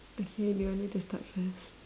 okay do you want me to start first